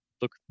look